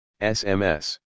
SMS